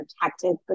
protected